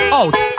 out